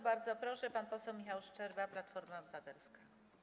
Bardzo proszę, pan poseł Michał Szczerba, Platforma Obywatelska.